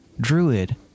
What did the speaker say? druid